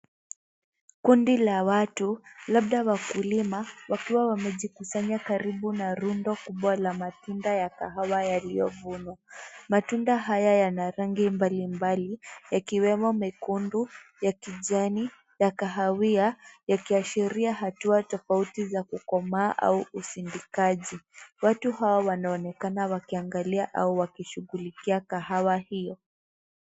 Kundi la watu, labda wakulima, wakiwa wamejikusanya karibu na rundo kubwa la matunda ya kahawa yaliyovunwa, matunda haya yana rangi mbalimbali yakiwemo mekundu, ya kijani, ya kahawia, yakiashiria hatua tofauti za kukomaa au usindikaji, watu hawa wanaonekana wakiangalia au wakishughulikia kahawa hio.